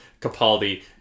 Capaldi